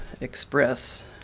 express